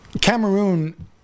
Cameroon